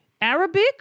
Arabic